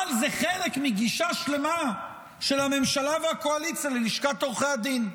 אבל זה חלק מגישה שלמה של הממשלה והקואליציה ללשכת עורכי הדין.